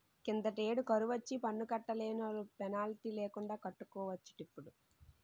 కిందటేడు కరువొచ్చి పన్ను కట్టలేనోలు పెనాల్టీ లేకండా కట్టుకోవచ్చటిప్పుడు